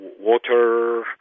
Water